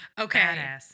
Okay